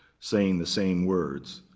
saying the same words.